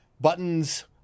buttons